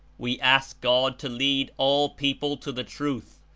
we ask god to lead all people to the truth,